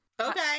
Okay